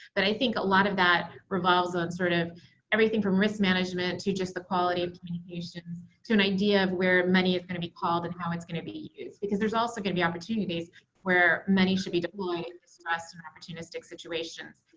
but i think a lot of that revolves on ah and sort of everything from risk management to just the quality of communications to an idea of where money is going to be called and how it's going to be used. because there's also going to be opportunities where money should be deployed, stressed and opportunistic situations.